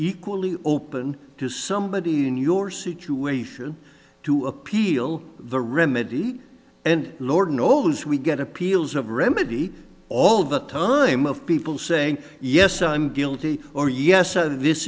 equally open to somebody in your situation to appeal the remedy and lord knows we get appeals of remedy all the time of people saying yes i'm guilty or yes so this